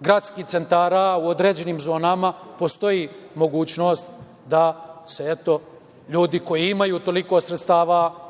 gradskih centara, u određenim zonama postoji mogućnost da se, eto, ljudi koji imaju toliko sredstava